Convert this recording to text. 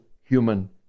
human